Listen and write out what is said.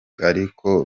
ariko